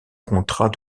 contrat